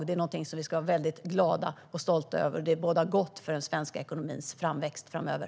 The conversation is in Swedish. Det är någonting som vi ska vara väldigt glada och stolta över, och det bådar gott för den svenska ekonomins tillväxt framöver.